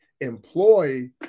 employ